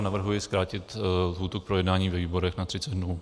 Navrhuji zkrátit lhůtu k projednání ve výborech na 30 dnů.